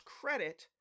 credit